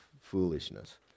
foolishness